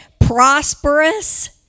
prosperous